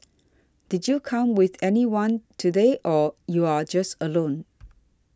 did you come with anyone today or you're just alone